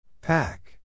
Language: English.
Pack